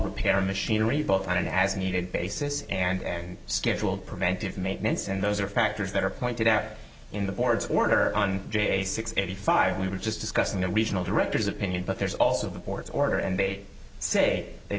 repair machinery both on an as needed basis and schedule preventive maintenance and those are factors that are pointed out in the board's order on day six eighty five we were just discussing the regional directors opinion but there's also the board's order and they say they